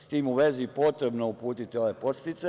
S tim u vezi, potrebno je uputiti ovaj podsticaj.